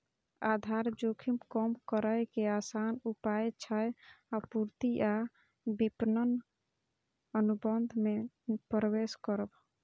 आधार जोखिम कम करै के आसान उपाय छै आपूर्ति आ विपणन अनुबंध मे प्रवेश करब